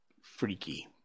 freaky